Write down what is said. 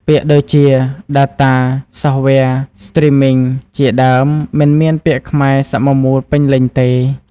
ពាក្យដូចជា "data", "software", "streaming" ជាដើមមិនមានពាក្យខ្មែរសមមូលពេញលេញទេ។